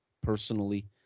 personally